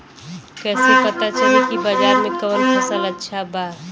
कैसे पता चली की बाजार में कवन फसल अच्छा बा?